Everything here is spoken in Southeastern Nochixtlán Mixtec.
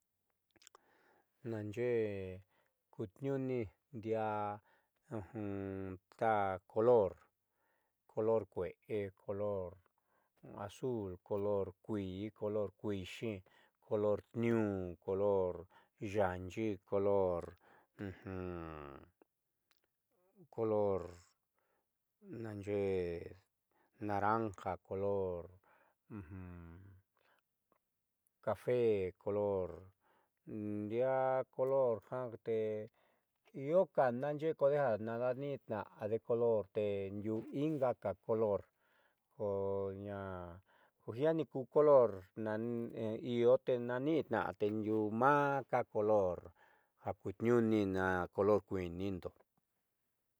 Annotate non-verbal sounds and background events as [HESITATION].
Na'axe'e kutniu'uni ndiaa ta color color kue'e color azul color kuii color kuixi color niuun color ya'anyi color color naaxeé naranja color cafe color ndiaa color jate iioka naaxe'e kodeja naatni'itna'ade te ndiuu ingaka color ko ña ko jiaani ku color iio te naanitna'a tendiu [HESITATION] aá ka color akutniuuni naj color kuiinindo.